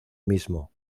mismo